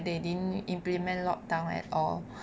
they didn't implement lockdown at all